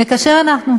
וכאשר אנחנו,